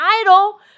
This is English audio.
idol